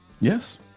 yes